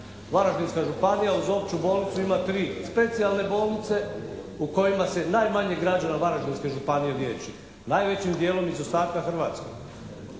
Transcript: Varaždinska županija uz opću bolnicu ima tri specijalne bolnice u kojima se najmanje građana Varaždinske županije liječi najvećim dijelom iz ostatka Hrvatske,